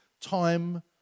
time